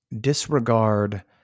disregard